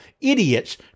idiots